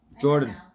Jordan